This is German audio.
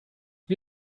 wie